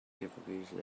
difficulties